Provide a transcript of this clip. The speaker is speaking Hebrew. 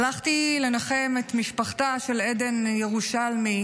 הלכתי לנחם את משפחתה של עדן ירושלמי,